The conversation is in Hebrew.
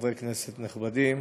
חברי כנסת נכבדים,